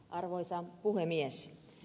arvoisa puhemies